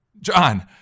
John